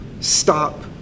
stop